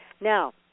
Now